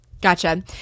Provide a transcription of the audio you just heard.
Gotcha